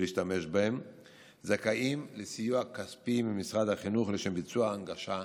ולהשתמש בהם זכאים לסיוע כספי ממשרד החינוך לשם ביצוע הנגשה מתאימה,